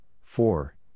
Four